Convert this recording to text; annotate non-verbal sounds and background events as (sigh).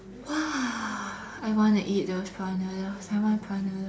(noise) I want to eat those prawn noodles I want prawn noodles